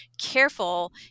careful